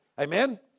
Amen